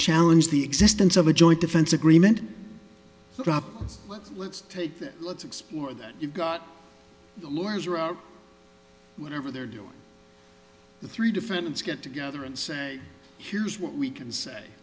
challenge the existence of a joint defense agreement but let's take that let's explore that you've got the lawyers are out whatever they're doing the three defendants get together and say here's what we can say